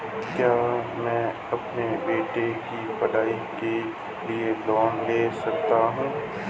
क्या मैं अपने बेटे की पढ़ाई के लिए लोंन ले सकता हूं?